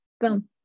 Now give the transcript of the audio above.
boom